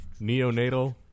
Neonatal